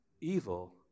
Evil